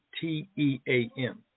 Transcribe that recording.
T-E-A-M